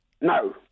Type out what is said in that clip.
No